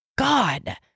god